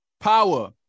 Power